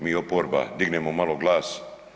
Mi oporba dignemo malo glas.